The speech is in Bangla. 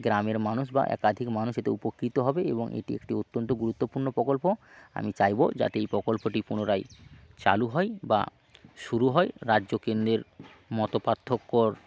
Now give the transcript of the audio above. গ্রামের মানুষ বা একাধিক মানুষ এতে উপকৃত হবে এবং এটি একটি অত্যন্ত গুরুত্বপূর্ণ প্রকল্প আমি চাইবো যাতে এই প্রকল্পটি পুনরায় চালু হয় বা শুরু হয় রাজ্য কেন্দ্রের মতো পার্থক্যের